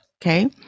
okay